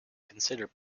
considered